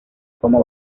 como